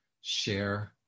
share